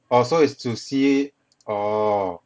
oh so is to see oh